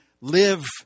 live